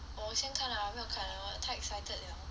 我先看 ah 不要烦我太 excited liao